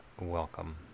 Welcome